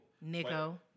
Nico